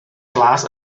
glas